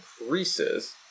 increases